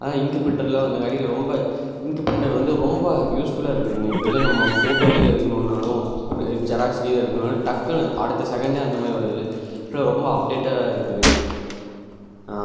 ஆனால் இங்க் ப்ரிண்ட்டர்லாம் வந்தங்காட்டியும் ரொம்ப இங்க் ப்ரிண்ட்டர் வந்து ரொம்ப யூஸ்ஃபுல்லாக இருக்குதுங்க இப்போ எதோ நம்ம ஃபோட்டோ கீட்டோ எடுக்கணும்னாலும் ஜெராக்ஸ் கிராஸ் எடுக்கணும்னாலும் டக்குனு அடுத்த செகண்ட்டே அந்தமாதிரி வருது இப்பெல்லாம் ரொம்ப அப்டேட்டடாக இருக்குதுங்க